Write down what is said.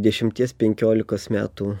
dešimties penkiolikos metų